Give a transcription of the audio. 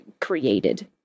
created